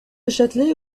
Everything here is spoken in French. châtelet